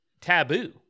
taboo